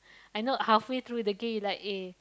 I know halfway through the game you like eh